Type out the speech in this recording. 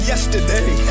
Yesterday